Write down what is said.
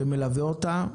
שמלווה אותה,